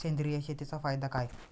सेंद्रिय शेतीचा फायदा काय?